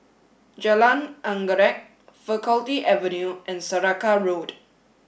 Jalan Anggerek Faculty Avenue and Saraca Road